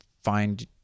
find